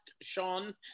Sean